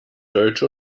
deutsche